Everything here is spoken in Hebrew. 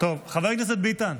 חבר הכנסת ביטן.